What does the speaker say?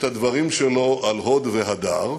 את הדברים שלו על הוד והדר.